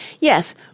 Yes